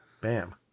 bam